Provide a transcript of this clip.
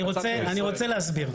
אני רוצה להסביר.